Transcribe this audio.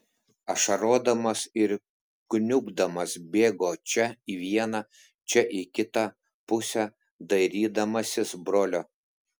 ašarodamas ir kniubdamas bėgo čia į vieną čia į kitą pusę dairydamasis brolio